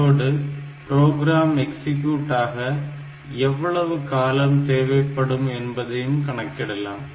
அதோடு program execute ஆக எவ்வளவு காலம் தேவைப்படும் என்பதையும் கணிக்கலாம்